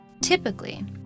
typically